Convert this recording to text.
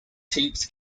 tapes